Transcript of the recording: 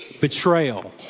Betrayal